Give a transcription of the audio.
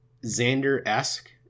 Xander-esque